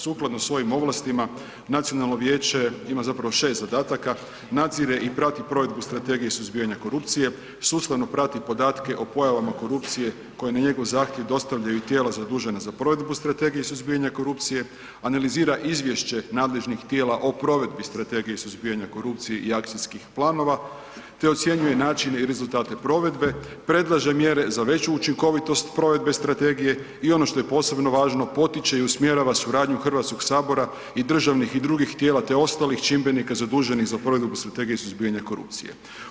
Sukladno svojim ovlastima Nacionalno vijeće ima 6 zadataka, nadzire i prati provedbu Strategije suzbijanja korupcije, sustavno prati podatke o pojavama korupcije koje na njegov zahtjev dostavljaju i tijela zadužena za provedbu Strategije suzbijanja korupcije, analizira izvješće nadležnih tijela o provedbi Strategije suzbijanja korupcije i akcijskih planova te ocjenjuje načine i rezultate provedbe, predlaže mjere za veću učinkovitost provedbe strategije i ono što je posebno važno, potiče i usmjerava suradnju HS-a i državnih i drugih tijela te ostalih čimbenika zaduženih za provedbu Strategije suzbijanja korupcije.